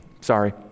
Sorry